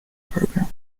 programs